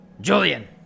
Julian